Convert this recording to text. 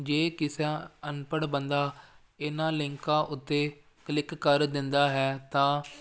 ਜੇ ਕਿਸੇ ਅਨਪੜ੍ਹ ਬੰਦਾ ਇਹਨਾਂ ਲਿੰਕਾਂ ਉੱਤੇ ਕਲਿੱਕ ਕਰ ਦਿੰਦਾ ਹੈ ਤਾਂ